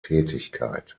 tätigkeit